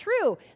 true